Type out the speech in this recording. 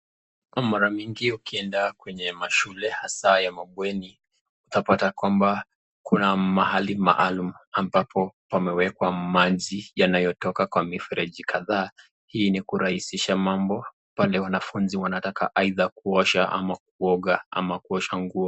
Mara mingi ukienda kwenye mashule asa ya mabweni, tunapata kwamba Kuna mahali maalum ambapo pameweka maji yanayotoka kwa mifereji kathaa. Hii ni kurahisisha mambo pale wanafunzi wanataka aidha wanataka kuosha, ama kuoga ama kuosha nguo.